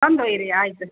ಬಂದು ಒಯ್ಯಿ ರೀ ಆಯ್ತು